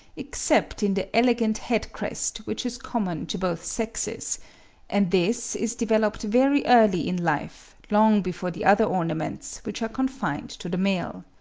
except in the elegant head-crest, which is common to both sexes and this is developed very early in life, long before the other ornaments, which are confined to the male.